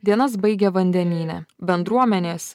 dienas baigia vandenyne bendruomenės